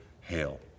hail